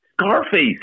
Scarface